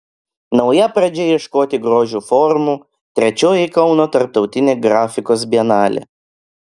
nauja pradžia ieškoti grožio formų trečioji kauno tarptautinė grafikos bienalė